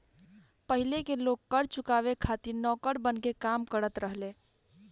पाहिले के लोग कर चुकावे खातिर नौकर बनके काम करत रहले